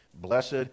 Blessed